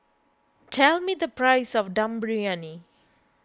tell me the price of Dum Briyani